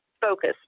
Focus